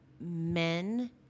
Men